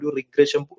Regression